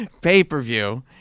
pay-per-view